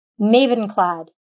Mavenclad